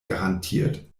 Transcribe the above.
garantiert